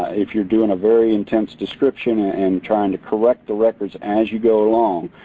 if you're doing a very intense description and trying to correct the records as you go along,